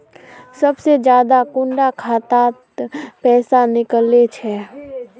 सबसे ज्यादा कुंडा खाता त पैसा निकले छे?